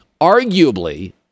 Arguably